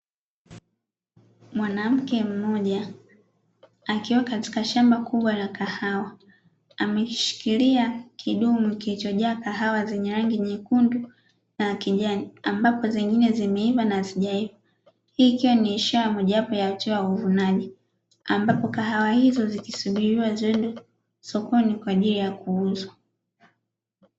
Mwanamke mmoja akiwa katika shamba kubwa la kahawa ameshikilia kidumu kilicho jaa kahawa zenye rangi nyekundu na kijani ambapo zingine zimeiva na hazijaiva, hii ikiwa ni ishara moja wapo ya hatua ya uvunaji ambapo kahawa hizo zikisubiriwa zipelekwe sokoni kwa ajili ya kuuzwa.